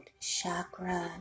Chakra